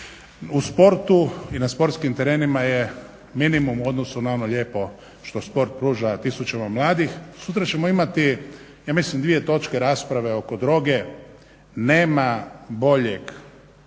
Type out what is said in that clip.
u sportu i na sportskim terenima je minimum u odnosu na ono lijepo što sport pruža tisućama mladih. Sutra ćemo imati, ja mislim dvije točke rasprave oko druge, nema boljeg